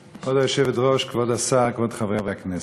השר, כבוד חברי הכנסת,